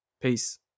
Peace